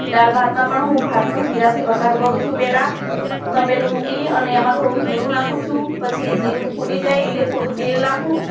દાળ ભાતમાં પણ હું ભાતનો જીરાથી વઘાર કરું છું પહેલાં તપેલું મૂકી અને એમાં થોડું જીરું નાખું છું પછી એ જીરું ફૂટી જાય એટલે થોડું તેલ નાખું